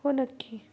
हो नक्की